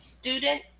student